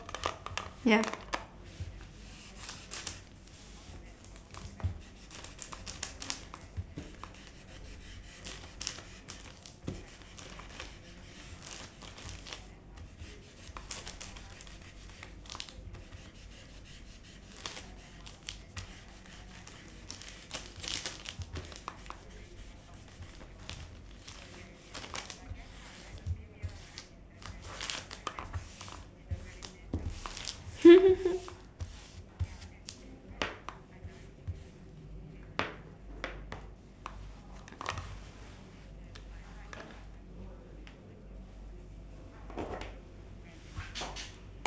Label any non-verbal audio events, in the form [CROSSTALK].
ya [LAUGHS]